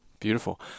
Beautiful